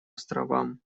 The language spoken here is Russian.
островам